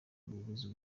ubuyobozi